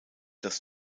das